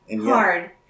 Hard